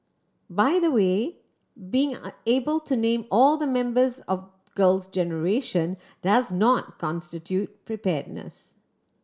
by the way being able to name all the members of Girls Generation does not constitute preparedness